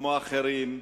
כמו אחרים,